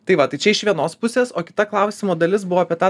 tai vat tai čia iš vienos pusės o kita klausimo dalis buvo apie tą